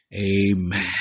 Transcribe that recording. Amen